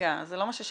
רגע, זה לא מה ששאלתי.